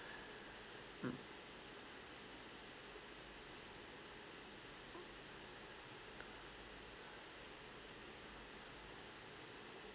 mm